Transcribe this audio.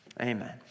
Amen